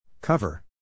Cover